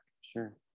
sure